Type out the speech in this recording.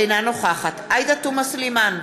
אינה נוכחת עאידה תומא סלימאן,